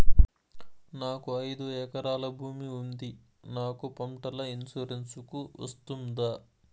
నాకు ఐదు ఎకరాల భూమి ఉంది నాకు పంటల ఇన్సూరెన్సుకు వస్తుందా?